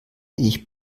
ich